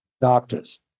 doctors